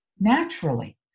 naturally